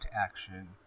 action